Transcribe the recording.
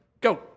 Go